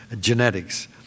genetics